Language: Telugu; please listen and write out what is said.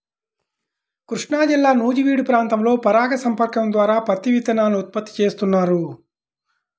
కృష్ణాజిల్లా నూజివీడు ప్రాంతంలో పరాగ సంపర్కం ద్వారా పత్తి విత్తనాలను ఉత్పత్తి చేస్తున్నారు